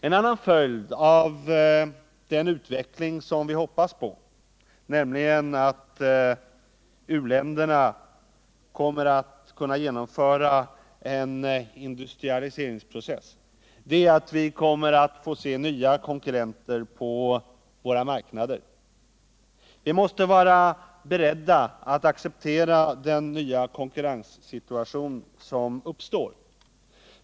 En annan följd av den utveckling som vi hoppas på, nämligen att uländerna kommer att kunna genomföra en industrialiseringsprocess, blir att vi kommer att få se nya konkurrenter på våra marknader. Vi måste då vara beredda att acceptera den nya konkurrenssituation som uppstår.